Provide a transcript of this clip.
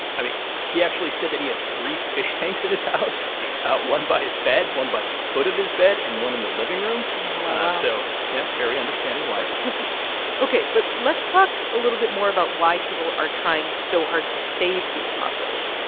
i mean, he actually said that he had three fish tanks in his house one by his bed, one by the foot of his bed and one in the living room wow. wow. wow so yeah, very understanding wife ok. but let's talk a little bit more about why people are trying so hard to save these mussels.